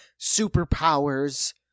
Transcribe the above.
superpowers